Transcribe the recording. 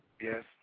Yes